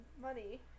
money